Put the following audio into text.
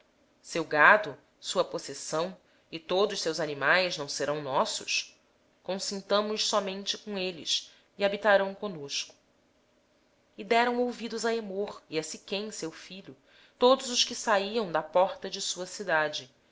seu gado as suas aquisições e todos os seus animais não serão nossos consintamos somente com eles e habitarão conosco e deram ouvidos a hamor e a siquém seu filho todos os que saíam da porta da cidade